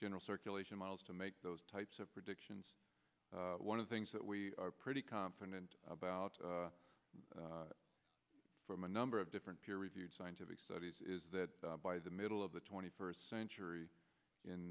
general circulation miles to make those types of predictions one of the things that we are pretty confident about from a number of different peer reviewed scientific studies is that by the middle of the twenty first century in